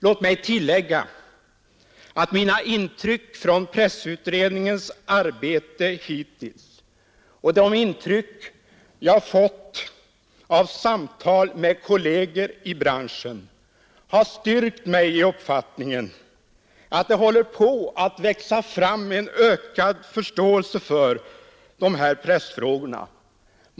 Låt mig tillägga att mina intryck från pressutredningens arbete hittills och de intryck jag fått av samtal med kolleger i branschen har styrkt mig i uppfattningen att det håller på att växa fram en ökad förståelse för pressfrågorna.